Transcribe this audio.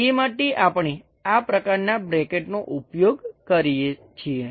તે માટે આપણે આ પ્રકારના બ્રૅકેટનો ઉપયોગ કરીએ છીએ